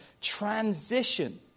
transition